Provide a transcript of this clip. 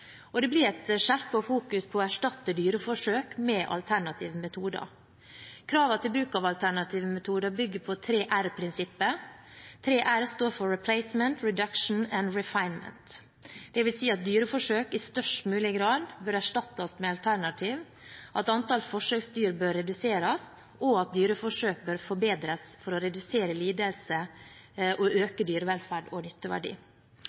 og det blir skjerpet fokusering på å erstatte dyreforsøk med alternative metoder. Kravene til bruk av alternative metoder bygger på 3R-prinsippet. 3R står for «Replacement, Reduction and Refinement». Det vil si at dyreforsøk i størst mulig grad bør erstattes med alternativer, at antall forsøksdyr bør reduseres, og at dyreforsøk bør forbedres for å redusere lidelse og øke dyrevelferd og nytteverdi.